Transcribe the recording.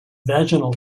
vaginal